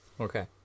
Okay